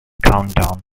countdown